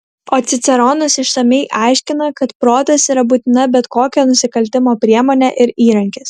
o ciceronas išsamiai aiškina kad protas yra būtina bet kokio nusikaltimo priemonė ir įrankis